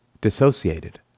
dissociated